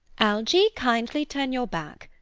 algy, kindly turn your back.